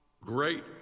great